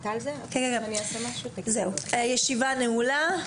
הישיבה נעולה.